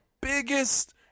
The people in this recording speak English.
biggest